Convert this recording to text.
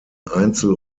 einzel